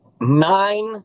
nine